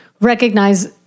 recognize